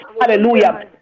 Hallelujah